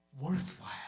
worthwhile